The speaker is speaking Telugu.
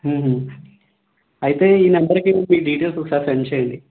అయితే ఈ నెంబర్కి డీటెయిల్స్ ఒకసారి సెండ్ చేయండి